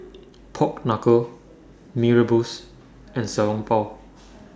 Pork Knuckle Mee Rebus and Xiao Long Bao